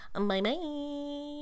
Bye-bye